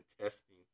testing